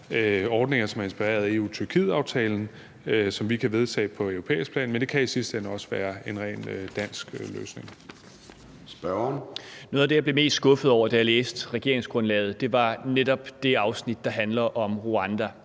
ordninger, som er inspireret af EU-Tyrkiet-aftalen, som vi kan vedtage på europæisk plan, men det kan i sidste ende også være en rent dansk løsning. Kl. 14:06 Formanden (Søren Gade): Spørgeren. Kl. 14:06 Peter Kofod (DF): Noget af det, jeg blev mest skuffet over, da jeg læste regeringsgrundlaget, var netop det afsnit, der handler om Rwanda.